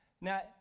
now